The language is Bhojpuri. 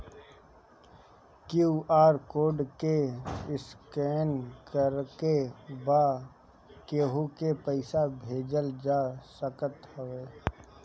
क्यू.आर कोड के स्केन करके बा केहू के पईसा भेजल जा सकत हवे